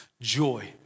joy